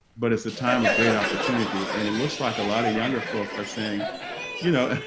but it's a time of great opportunity and it looks like a lot of younger folk are saying you know,